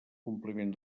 compliment